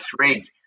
three